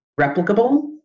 replicable